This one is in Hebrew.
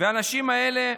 האנשים האלה,